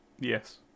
Yes